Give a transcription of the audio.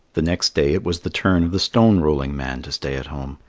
the next day it was the turn of the stone-rolling man to stay at home.